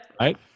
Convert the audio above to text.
Right